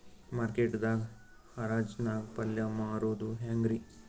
Market ದಾಗ್ ಹರಾಜ್ ನಾಗ್ ಪಲ್ಯ ಮಾರುದು ಹ್ಯಾಂಗ್ ರಿ?